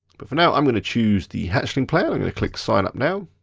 but for now, i'm gonna choose the hatchling plan. i'm gonna click sign up now.